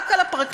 רק על הפרקליטים.